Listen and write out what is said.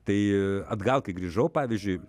tai atgal kai grįžau pavyzdžiui